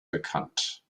bekannt